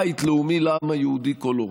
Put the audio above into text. בית לאומי לעם היהודי כולו.